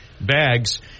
bags